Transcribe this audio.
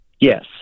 Yes